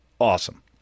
Awesome